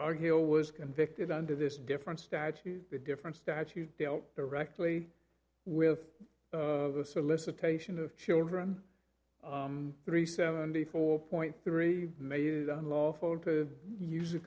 our hill was convicted under this different statute the different statute dealt directly with the solicitation of children three seventy four point three may is unlawful to use a